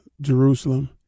Jerusalem